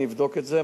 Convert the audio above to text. אני אבדוק את זה,